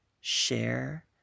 share